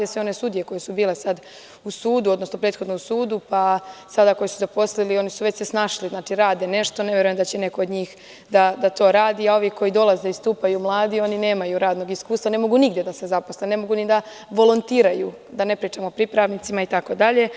Sve one sudije koje su bile u sudu, odnosno prethodno u sudu, pa sada koji su se zaposlili su se već snašli, znači rade nešto, ne verujem da će neko od njih da to radi, a ovi koji dolaze mladi, oni nemaju radnog iskustva, ne mogu nigde da se zaposle, ne mogu ni da volontiraju, da ne pričam o pripravnicima itd.